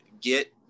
get